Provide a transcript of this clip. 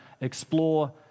explore